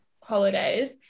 holidays